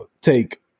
take